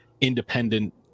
independent